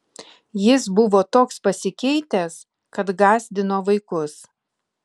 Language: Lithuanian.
jis buvo toks pasikeitęs kad gąsdino vaikus